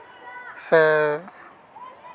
ᱥᱮ